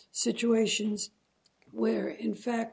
situations where in fact